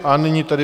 A nyní tedy...